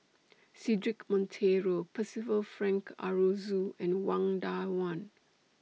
Cedric Monteiro Percival Frank Aroozoo and Wang